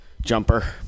jumper